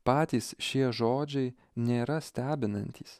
patys šie žodžiai nėra stebinantys